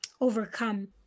overcome